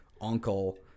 uncle